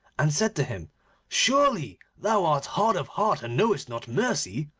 and said to him surely thou art hard of heart and knowest not mercy,